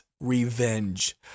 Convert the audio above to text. revenge